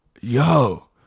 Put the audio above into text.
Yo